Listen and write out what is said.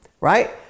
right